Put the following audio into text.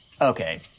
Okay